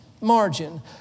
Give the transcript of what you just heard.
margin